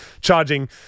charging –